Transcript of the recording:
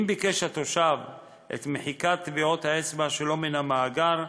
אם ביקש תושב את מחיקת טביעות האצבע שלו מן המאגר,